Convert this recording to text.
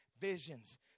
Visions